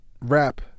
rap